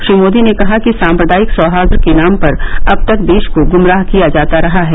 श्री मोदी ने कहा कि साम्प्रदायिक सौहार्द के नाम पर अब तक देश को गुमराह किया जाता रहा है